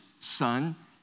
son